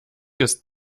ist